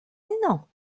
ennañ